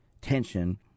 tension